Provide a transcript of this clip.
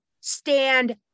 stand